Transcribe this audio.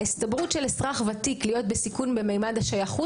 ההסתברות של אזרח ותיק להיות בסיכון במימד השייכות